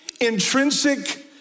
intrinsic